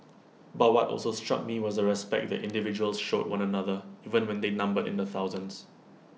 but what also struck me was the respect individuals showed one another even when they numbered in the thousands